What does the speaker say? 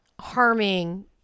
harming